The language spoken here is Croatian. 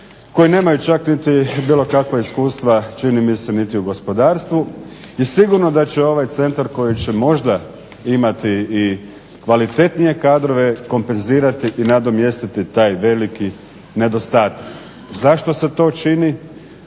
koji nemaju čak niti bilo kakva iskustva čini mi se niti u gospodarstvu. I sigurno da će ovaj centar koji će možda imati i kvalitetnije kadrove kompenzirati i nadomjestiti taj veliki nedostatak. Zašto se to čini?